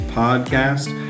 podcast